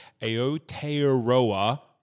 Aotearoa